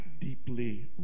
deeply